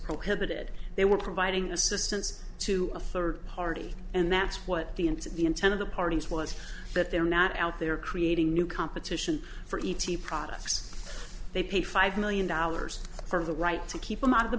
prohibited they were providing assistance to a third party and that's what the and the intent of the parties was that they're not out there creating new competition for e t products they pay five million dollars for the right to keep them out of the